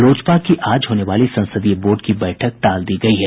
लोजपा की आज होने वाली संसदीय बोर्ड की बैठक टाल दी गयी है